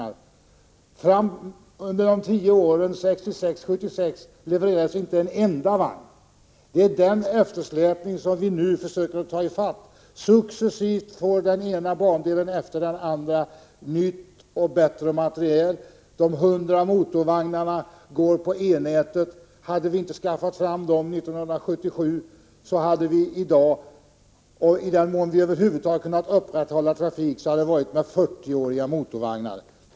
Under tio års tid, från 1966 till 1976, levererades inte en enda vagn. Det är den eftersläpningen vi nu försöker ta ifatt. Successivt får den ena bandelen efter den andra byta till bättre materiel. De 100 motorvagnarna går på E-nätet. Hade vi inte skaffat fram dem 1977, hade vi i dag — i den mån vi över huvud taget hade kunnat upprätthålla trafiken — fått köra med 40-åriga motorvagnar.